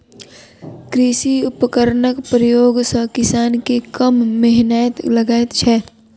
कृषि उपकरणक प्रयोग सॅ किसान के कम मेहनैत लगैत छै